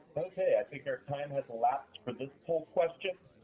okay, i think our time has elapsed for this poll question.